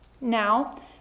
Now